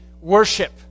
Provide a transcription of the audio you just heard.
worship